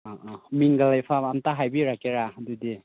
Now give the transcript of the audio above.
ꯑꯥ ꯑꯥ ꯃꯤꯡꯒ ꯂꯩꯐꯝ ꯑꯝꯇꯪ ꯍꯥꯏꯕꯤꯔꯛꯀꯦꯔꯥ ꯑꯗꯨꯗꯤ